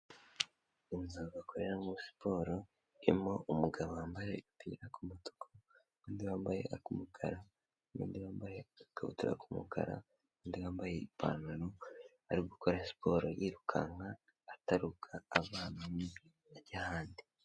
Inzu bakoreramo siporo, irimo umugabo wambaye agapira k'umutuku n'undi wambaye ak'umukara, n'undi wambaye agakabutura k'umukara, undi wambaye ipantaro ari gukora siporo yirukanka, ataruka, ava ahantu hamwe ajya ahandi.